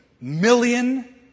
million